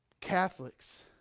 Catholics